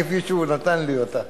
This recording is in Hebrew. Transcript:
כפי שהוא נתן לי אותה,